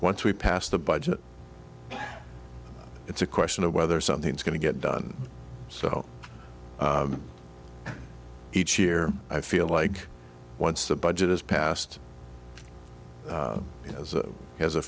once we pass the budget it's a question of whether something's going to get done so each year i feel like once the budget is passed as a as a